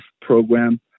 program